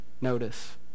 Notice